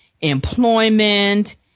employment